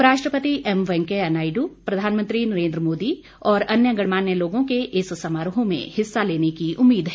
उपराष्ट्रपति एम वेंकैया नायडू प्रधानमंत्री नरेन्द्र मोदी और अन्य गण्यमान्य लोगों के इस समारोह में हिस्सा लेने की उम्मीद है